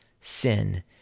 sin